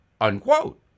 unquote